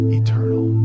eternal